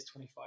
25